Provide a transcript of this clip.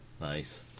Nice